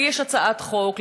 לי יש הצעת חוק,